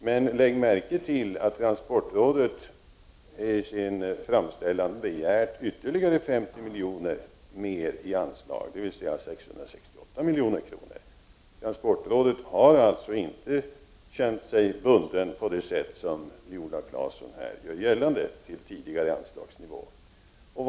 Men lägg märke till att transportrådet i sin framställan begärt ytterligare 50 miljoner i anslag, dvs. 668 miljoner. Transportrådet har alltså inte känt sig bundet till tidigare anslagsnivå på det sätt som Viola Claesson gör gällande.